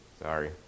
Sorry